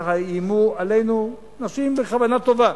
כך איימו עלינו אנשים בכוונה טובה,